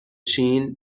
چین